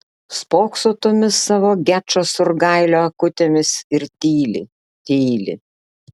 spokso tomis savo gečo surgailio akutėmis ir tyli tyli